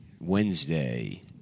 Wednesday